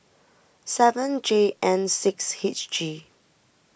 seven J N six H G